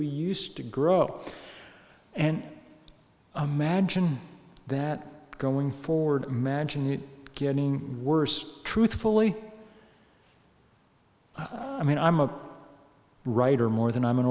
we used to grow and a magine that going forward imagine it getting worse truthfully i mean i'm a writer more than i'm an